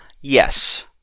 Yes